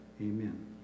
Amen